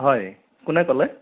হয় কোনে ক'লে